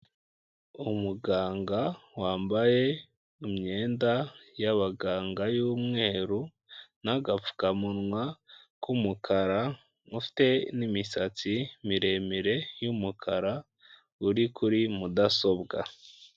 Umuganga wambaye imyenda y'abaganga y'umweru n'agapfukamunwa k'umukara, ufite n'imisatsi miremire y'umukara uri kuri mudasobwa.